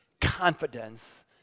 confidence